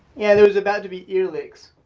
yeah, there was about to be ear licks.